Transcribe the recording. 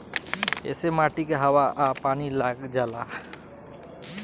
ऐसे माटी के हवा आ पानी लाग जाला